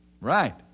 Right